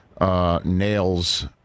Nails